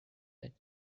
that